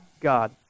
God